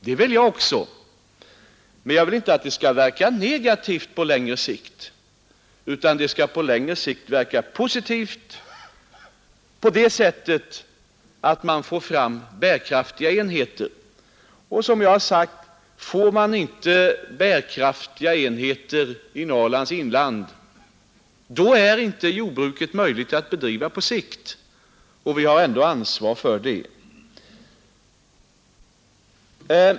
Det vill jag också, men jag vill inte att det skall verka negativt på längiv sikt, utan det skall verka positivt pa det sättet att man tar fram bärkraftiga enheter. Skapar man inte bärkraftiga enheter i Norrlands inland, ar det inte möjligt att bedriva jordbruk på sikt Och vi har ändå ansvar för det.